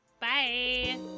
Bye